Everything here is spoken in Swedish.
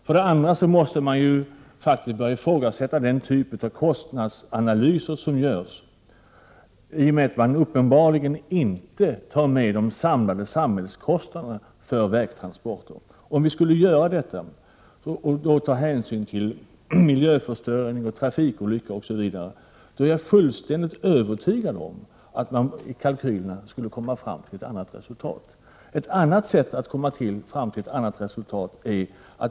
För det andra måste vi börja ifrågasätta den typ av kostnadsanalyser som görs, i och med att man uppenbarligen inte tar med de samlade samhällskostnaderna för vägtransporter. Jag är fullständigt övertygad om att ifall vi skulle göra detta och då ta hänsyn till miljöförstöring, trafikolyckor osv. skulle kalkylerna ge ett annat resultat.